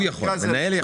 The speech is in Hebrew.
המנהל יכול.